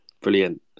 brilliant